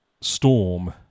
storm